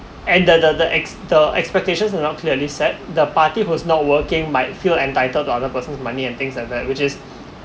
and the the the ex~ the expectations are not clearly set the party who's not working might feel entitled to other person's money and things like that which is